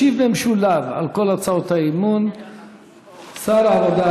ישיב במשולב על כל הצעות האי-אמון שר העבודה